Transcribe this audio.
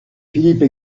philippe